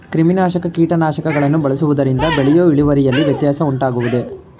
ಕ್ರಿಮಿನಾಶಕ ಕೀಟನಾಶಕಗಳನ್ನು ಬಳಸುವುದರಿಂದ ಬೆಳೆಯ ಇಳುವರಿಯಲ್ಲಿ ವ್ಯತ್ಯಾಸ ಉಂಟಾಗುವುದೇ?